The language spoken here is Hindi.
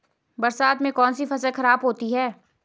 बरसात से कौन सी फसल खराब होती है?